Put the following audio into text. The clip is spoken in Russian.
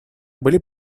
были